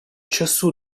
часу